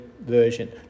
version